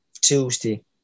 Tuesday